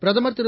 பிரதமர் திரு